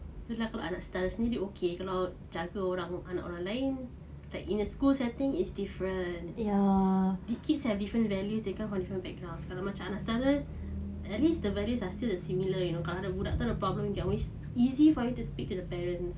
tu lah kalau anak saudara sendiri okay tapi kalau jaga anak orang lain like in a school setting is different the kids have different values they come from different backgrounds kalau anak saudara at least the values are still similar you know kalau budak tu ada problem can always easy for you to speak to the parents